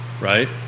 right